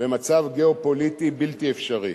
במצב גיאו-פוליטי בלתי אפשרי.